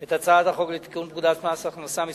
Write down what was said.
את הצעת החוק לתיקון פקודת מס הכנסה (מס'